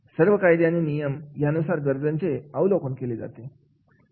सर्व कायदे आणि नियम यानुसार गरजेचे अवलोकन केले जाते